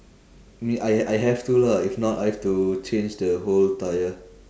me I I have to lah if not I have to change the whole tyre